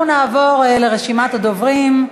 אנחנו נעבור לרשימת הדוברים.